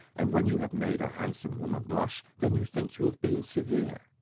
and when you have made a handsome woman blush, then you think you have been severe.